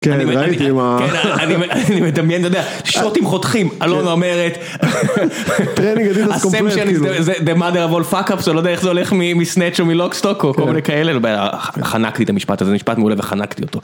אני מדמיין, אתה יודע, שוטים חותכים, אלונה אומרת. The mother of all fuck ups, לא יודע איך זה הולך מסנאצ' או מלוקסטוקו, כאלה, חנקתי את המשפט הזה, משפט מעולה וחנקתי אותו.